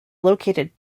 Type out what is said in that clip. located